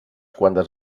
quantes